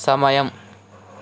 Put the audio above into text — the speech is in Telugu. సమయం